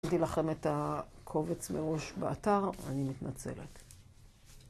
הבאתי לכם הקובץ מראש באתר, אני מתנצלת.